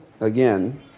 Again